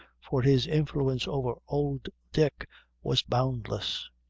for his influence over old dick was boundless.